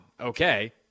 Okay